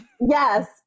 Yes